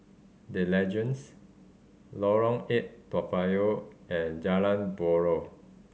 The Legends Lorong Eight Toa Payoh and Jalan Buroh